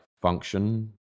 function